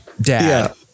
dad